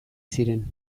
ziren